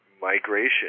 migration